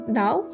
now